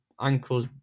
ankles